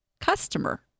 customer